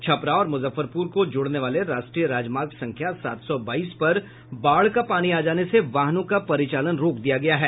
छपरा और मुजफ्फरपुर को जोड़ने वाले राष्ट्रीय राजमार्ग संख्या सात सौ बाईस पर बाढ़ का पानी आ जाने से वाहनों का परिचालन रोक दिया गया है